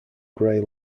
grey